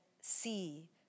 see